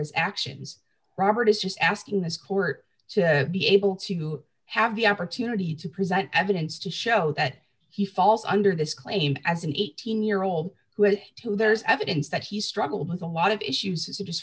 his actions robert is just asking this court to be able to have the opportunity to present evidence to show that he falls under this claim as an eighteen year old who has to there's evidence that he struggled with a lot of issues